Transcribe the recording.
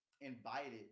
invited